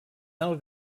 alt